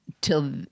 till